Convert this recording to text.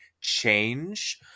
change